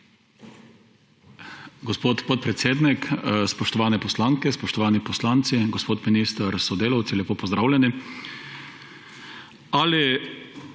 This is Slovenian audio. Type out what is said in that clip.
Gospod podpredsednik, spoštovane poslanke, spoštovani poslanci in gospod minister s sodelavci, lepo pozdravljeni! Ali